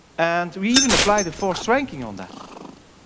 and we even applied a forced ranking on that.